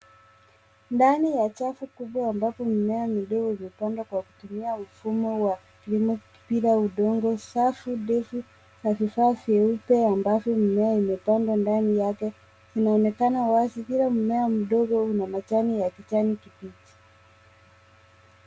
Ndani ya safu kubwa ambapo mimea midogo imepandwa kwa kutumia mfumo wa kilimo bila udongo. Safu ndefu ya vifaa vyeupe ambavyo mimea imepandwa ndani yake inaonekana wazi. Kila mmea mdogo una majani ya kijani kibichi.